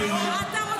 מה אתה רוצה?